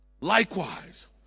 likewise